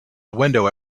window